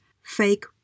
fake